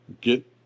get